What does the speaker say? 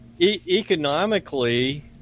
economically